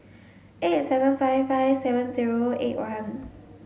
eight seven five five seven zero eight one